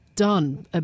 done